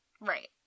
Right